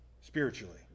spiritually